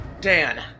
Dan